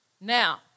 Now